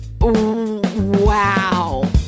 Wow